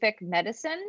medicine